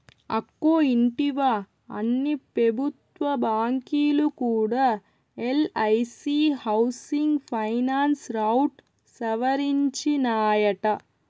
అక్కో ఇంటివా, అన్ని పెబుత్వ బాంకీలు కూడా ఎల్ఐసీ హౌసింగ్ ఫైనాన్స్ రౌట్ సవరించినాయట